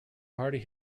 party